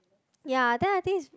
ya then I think it's